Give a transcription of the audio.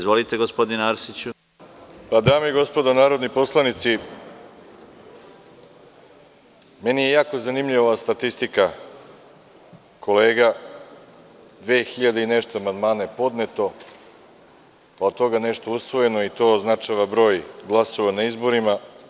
Dame i gospodo narodni poslanici, meni je jako zanimljiva ova statistika kolega, 2000 i nešto amandmana je podneto, od toga je nešto usvojeno i to označava broj glasova na izborima.